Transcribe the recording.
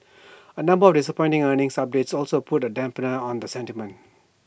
A number of disappointing earnings subjects also put A dampener on the sentiment